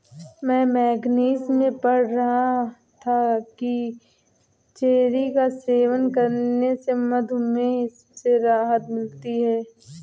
मैं मैगजीन में पढ़ रहा था कि चेरी का सेवन करने से मधुमेह से राहत मिलती है